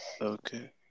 Okay